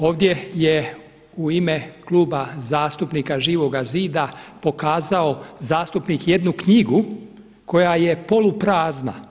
Ovdje je u ime Kluba zastupnika Živoga zida pokazao zastupnik jednu knjigu koja je poluprazna.